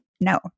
no